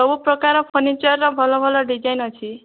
ସବୁ ପ୍ରକାରର ଫର୍ନିଚର୍ର ଭଲ ଭଲ ଡିଜାଇନ୍ ଅଛି